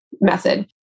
method